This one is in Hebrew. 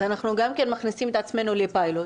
אז אנחנו מכניסים את עצמנו לפיילוט